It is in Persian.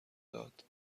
داد